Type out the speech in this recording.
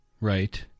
Right